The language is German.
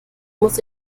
muss